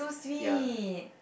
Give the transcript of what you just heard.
ya